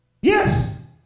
Yes